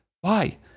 Why